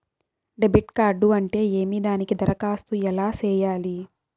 debit card అంటే ఏమి దానికి దరఖాస్తు ఎలా సేయాలి